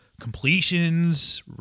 completions